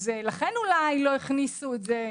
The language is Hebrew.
לכן אולי לא הכניסו את זה.